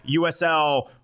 usl